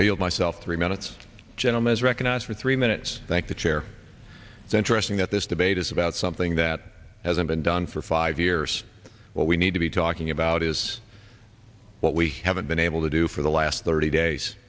yield myself three minutes gentleman is recognized for three minutes thank the chair interesting that this debate is about something that hasn't been done for five years what we need to be talking about is what we haven't been able to do for the last thirty days